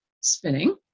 spinning